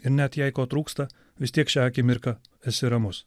ir net jei ko trūksta vis tiek šią akimirką esi ramus